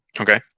Okay